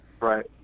Right